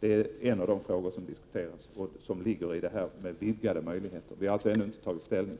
att flytta, är en fråga som har att göra med vidgade möjligheter. Vi har alltså ännu inte tagit ställning.